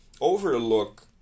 overlook